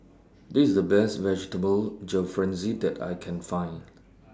This IS The Best Vegetable Jalfrezi that I Can Find